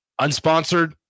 Unsponsored